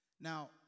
Now